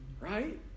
Right